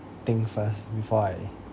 think first before I